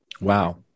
wow